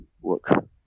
work